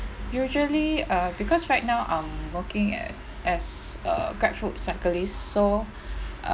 usually uh because right now um working at as a GrabFood cyclist so